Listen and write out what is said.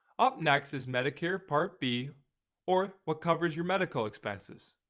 up next is medicare part b or what covers your medical expenses.